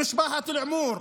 למשפחת אלעמור,